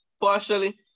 partially